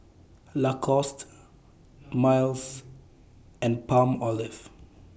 Lacoste Miles and Palmolive